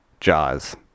Jaws